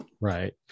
Right